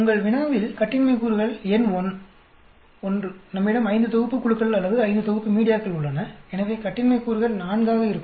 உங்கள் வினாவில் கட்டின்மை கூறுகள் n1 நம்மிடம் ஐந்து தொகுப்பு குழுக்கள் அல்லது ஐந்து தொகுப்பு மீடியாக்கள் உள்ளன எனவே கட்டின்மை கூறுகள் 4 ஆக இருக்கும்